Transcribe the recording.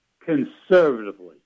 conservatively